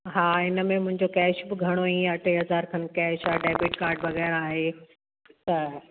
हा हिन में मुंहिंजो कैश बि घणो ई आहे टे हज़ार खनि कैश आहे डेबिड कार्ड वग़ैरह आहे त